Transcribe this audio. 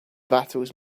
battles